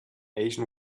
asian